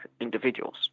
individuals